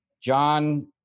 John